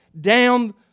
down